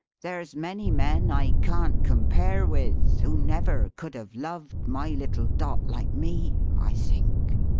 there's many men i can't compare with, who never could have loved my little dot like me, i think!